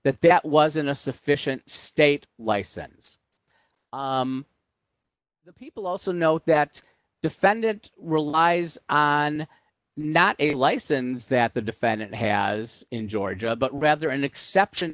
that that wasn't a sufficient state license people also note that defendant relies on not a license that the defendant has in georgia but rather an exception